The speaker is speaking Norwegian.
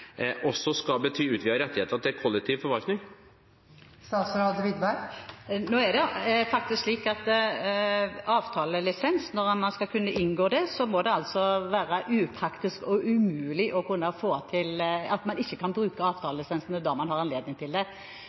også skal bety utvidede rettigheter til kollektiv forvaltning? Det er faktisk slik at for å kunne inngå avtalelisens, må det være upraktisk eller umulig å ikke bruke avtalelisensene når man har anledning til det.